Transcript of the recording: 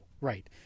Right